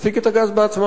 תפיק את הגז בעצמה.